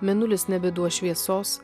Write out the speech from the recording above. mėnulis nebeduos šviesos